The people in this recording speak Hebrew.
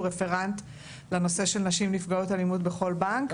רפרנט לנושא של נשים נפגעות אלימות בכל בנק,